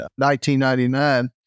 1999